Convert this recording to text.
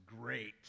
great